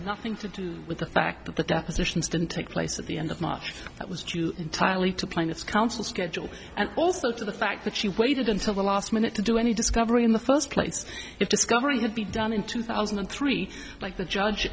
nothing to do with the fact that the depositions didn't take place at the end of march that was due entirely to plaintiff's counsel schedule and also to the fact that she waited until the last minute to do any discovery in the first place it discovering would be done in two thousand and three like the judge